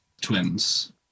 Twins